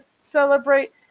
celebrate